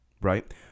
Right